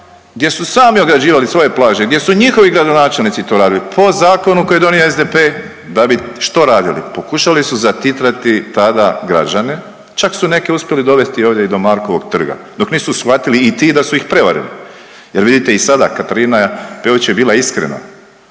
gdje su sami ograđivali svoje plaže, gdje su njihovi gradonačelnici to radili po zakonu koji je donio SDP da bi što radili? Pokušali su zatitrati tada građane, čak su neke uspjeli dovesti ovdje i do Markovog trga dok nisu shvatili i ti da su ih prevarili, jer vidite i sada Katarina Peović je bila iskrena.